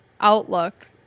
outlook